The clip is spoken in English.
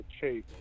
Chase